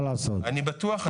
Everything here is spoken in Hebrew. אני בטוח,